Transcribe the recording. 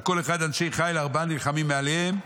"ועל כל אחד אנשי חיל ארבעה נלחמים מעליהם,